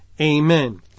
Amen